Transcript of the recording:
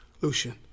Lucian